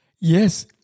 yes